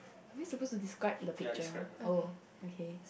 are we supposed to describe the picture oh okay